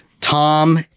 Tom